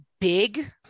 big